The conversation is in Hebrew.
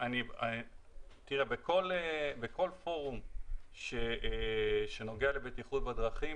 בכל פורום שנוגע לבטיחות בדרכים,